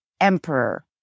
emperor